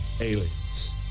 Aliens